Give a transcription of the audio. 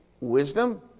wisdom